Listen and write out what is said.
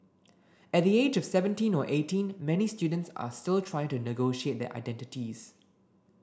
at the age of seventeen or eighteen many students are still trying to negotiate their identities